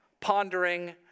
pondering